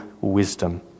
wisdom